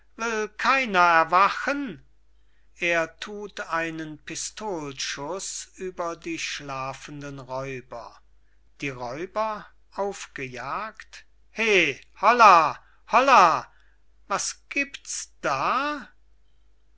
keiner erwachen er thut einen pistolenschuß über die schlafenden räuber die räuber aufgejagt he holla holla was giebts da